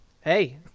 Hey